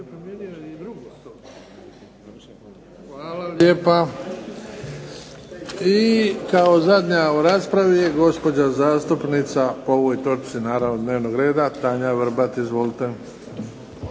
Hvala lijepa. I kao zadnja u raspravi je gospođa zastupnica, po ovoj točci naravno dnevnog reda, Tanja Vrbat. Izvolite.